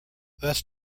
that’s